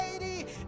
lady